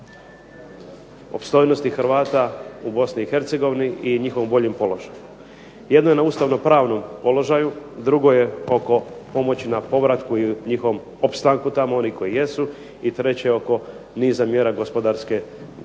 pomoći opstojnosti Hrvata u BiH i njihovom boljem položaju. Jedno je na ustavno-pravnom položaju, drugo je oko pomoći na povratku ili njihovom opstanku tamo onih koji jesu i treće oko niza mjera gospodarske politike.